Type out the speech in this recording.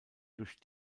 durch